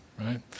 right